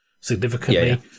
significantly